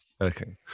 okay